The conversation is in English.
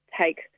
take